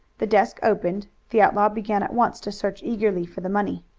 the desk opened, the outlaw began at once to search eagerly for the money.